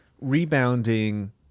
Rebounding